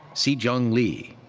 se jung lee.